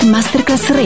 Masterclass